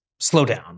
slowdown